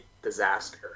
disaster